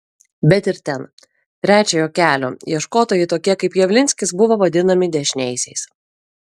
bet ir ten trečiojo kelio ieškotojai tokie kaip javlinskis buvo vadinami dešiniaisiais